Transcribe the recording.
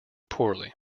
poorly